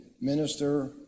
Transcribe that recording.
minister